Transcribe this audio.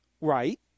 Right